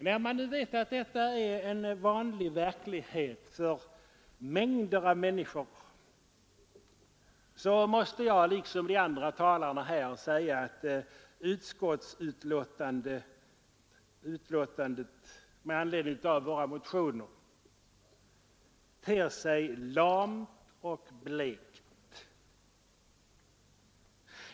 När man vet att detta är vanlig verklighet för mängder av människor måste jag, liksom de andra talarna här, säga att utskottsbetänkandet med anledning av våra motioner ter sig lamt och blekt.